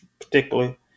particularly